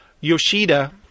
Yoshida